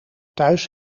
thuis